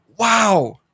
Wow